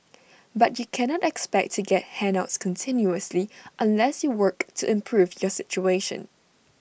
but you cannot expect to get handouts continuously unless you work to improve your situation